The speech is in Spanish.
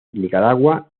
nicaragua